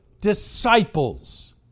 disciples